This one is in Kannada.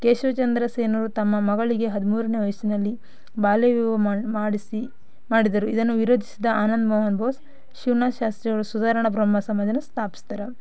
ಕೇಶವಚಂದ್ರ ಸೇನರು ತಮ್ಮ ಮಗಳಿಗೆ ಹದಿಮೂರನೆ ವಯಸ್ಸಿನಲ್ಲಿ ಬಾಲ್ಯ ವಿವಾಹ ಮಾಡಿಸಿ ಮಾಡಿದರು ಇದನ್ನು ವಿರೋಧಿಸಿದ ಆನಂದ ಮೋಹನ ಬೋಸ್ ಶಿವನಾಥ ಶಾಸ್ತ್ರೀ ಅವರು ಸುಧಾರಣ ಬ್ರಹ್ಮ ಸಮಾಜವನ್ನು ಸ್ಥಾಪಿಸ್ತಾರೆ